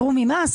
מיליארד?